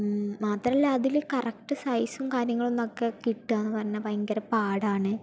മാത്രമല്ല അതില് കറക്റ്റ് സൈസും കാര്യമൊക്കെ കിട്ടുക എന്ന് പറഞ്ഞാൽ ഭയങ്കര പാടാണ്